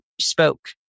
spoke